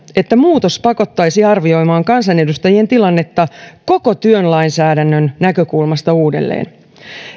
että muutos pakottaisi arvioimaan kansanedustajien tilannetta koko työlainsäädännön näkökulmasta uudelleen